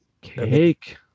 cake